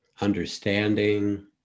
understanding